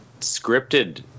scripted